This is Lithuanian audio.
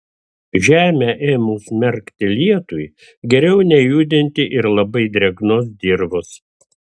žemę ėmus merkti lietui geriau nejudinti ir labai drėgnos dirvos